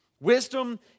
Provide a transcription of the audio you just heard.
Wisdom